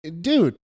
dude